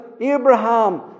Abraham